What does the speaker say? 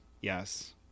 yes